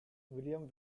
william